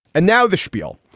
and now the spiel.